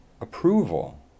approval